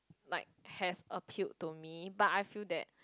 like has appealed to me but I feel that